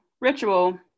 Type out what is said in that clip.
ritual